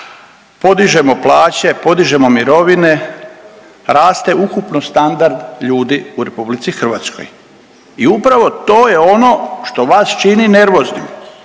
podižemo plaće, podižemo mirovine, raste ukupno standard ljudi u RH. I upravo to je ono što vas čini nervoznim.